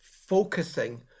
focusing